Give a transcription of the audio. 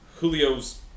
Julio's